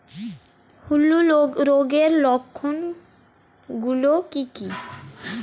হূলো রোগের লক্ষণ গুলো কি কি?